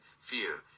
fear